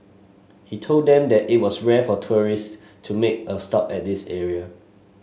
he told them that it was rare for tourist to make a stop at this area